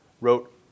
wrote